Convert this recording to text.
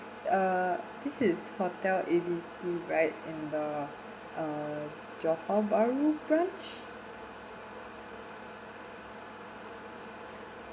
uh this is hotel A B C right and the uh johor bahru branch